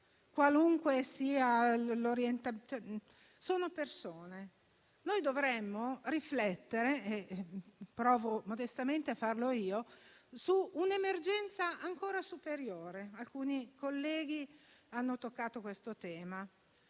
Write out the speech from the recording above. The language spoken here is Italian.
Qualunque sia il loro orientamento, sono persone. Dovremmo riflettere - e provo modestamente a farlo io - su un'emergenza ancora superiore. Alcuni colleghi hanno toccato il tema: